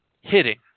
hitting